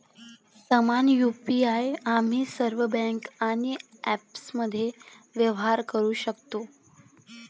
समान यु.पी.आई आम्ही सर्व बँका आणि ॲप्समध्ये व्यवहार करू शकतो